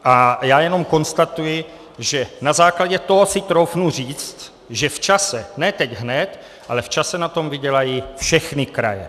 A já jenom konstatuji, že na základě toho si troufnu říct, že v čase, ne teď hned, ale v čase, na tom vydělají všechny kraje.